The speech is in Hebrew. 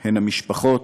הם המשפחות,